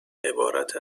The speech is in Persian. عبارت